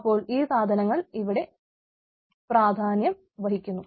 അപ്പോൾ ഈ സാധനങ്ങൾ ഇവിടെ പ്രാതിനിധ്യം വഹിക്കുന്നു